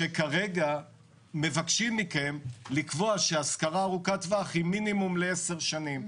כרגע מבקשים מכם לקבוע שהשכרה ארוכת טווח היא למינימום 10 שנים.